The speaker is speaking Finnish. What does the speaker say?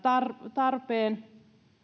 tarpeen